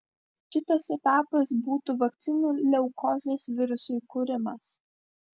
kitas etapas būtų vakcinų leukozės virusui kūrimas